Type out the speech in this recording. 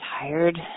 tired